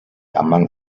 among